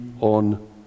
on